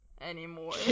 anymore